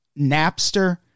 Napster